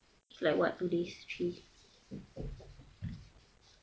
if like what two days three